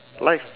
life